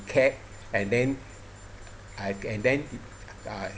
and then I and then I